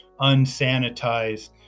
unsanitized